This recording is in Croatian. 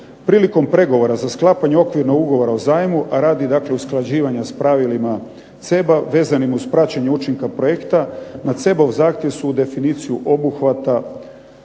Prilikom pregovora za sklapanje Okvirnog ugovora o zajmu, a radi dakle usklađivanja s pravilima CEB-a, vezanim uz praćenje učinka projekta, na CEB-ov zahtjev su definiciju obuhvata,